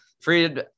Fried